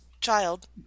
child